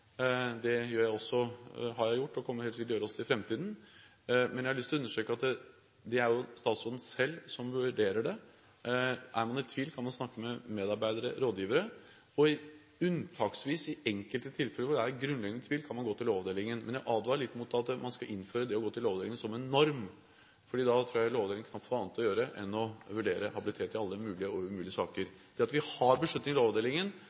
Det har jeg gjort, og det kommer jeg også helt sikkert til å gjøre i framtiden. Men jeg har lyst til å understreke at det er statsråden selv som vurderer det. Er man i tvil, kan man snakke med medarbeidere, rådgivere, og unntaksvis, i enkelte tilfeller hvor det er grunnleggende tvil, kan man gå til Lovavdelingen. Men jeg advarer litt mot at man skal innføre det å gå til Lovavdelingen som en norm, for da tror jeg at Lovavdelingen knapt får annet å gjøre enn å vurdere habilitet i alle mulige og umulige saker. Det at vi har en beslutning i